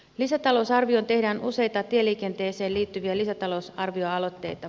lisätalousarvioon tehdään useita tieliikenteeseen liittyviä lisätalousarvioaloitteita